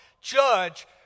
judge